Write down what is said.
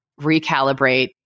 recalibrate